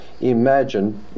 imagine